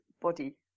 body